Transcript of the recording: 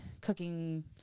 cooking